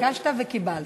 התעקשת וקיבלת.